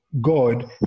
God